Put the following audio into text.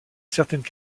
certaines